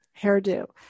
hairdo